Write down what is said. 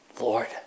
Lord